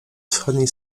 wschodniej